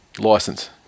license